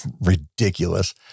ridiculous